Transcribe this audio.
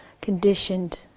conditioned